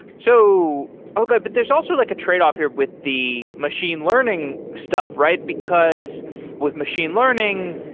so okay. but there's also like a trade-off here with the machine learning stuff, right? because with machine learning,